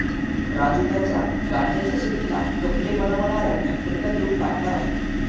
राजू त्याच्या गांज्याच्या शेतीला कपडे बनवणाऱ्या फॅक्टरीला देऊन टाकणार आहे